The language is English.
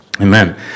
Amen